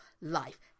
life